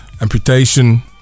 amputation